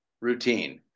routine